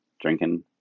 drinking